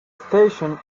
station